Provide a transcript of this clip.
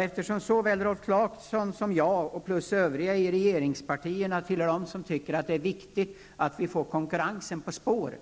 Eftersom både Rolf Clarkson och jag liksom övriga i regeringspartierna tillhör dem som tycker att det är viktigt att vi får konkurrensen på spår